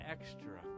extra